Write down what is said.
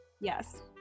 Yes